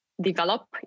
develop